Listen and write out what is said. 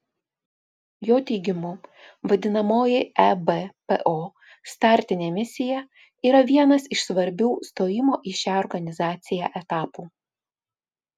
jo teigimu vadinamoji ebpo startinė misija yra vienas iš svarbių stojimo į šią organizaciją etapų